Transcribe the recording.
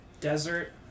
desert